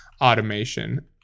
automation